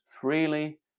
freely